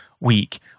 week